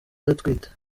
atwite